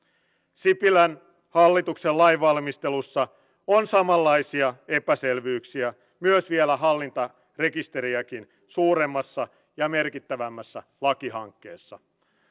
sipilän hallituksen lainvalmistelussa on samanlaisia epäselvyyksiä myös vielä hallintarekisteriäkin suuremmassa ja merkittävämmässä lakihankkeessa